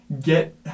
get